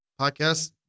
podcast